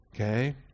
Okay